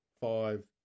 five